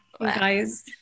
guys